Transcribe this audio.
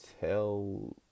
tell